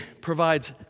provides